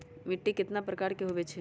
मिट्टी कतना प्रकार के होवैछे?